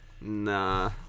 nah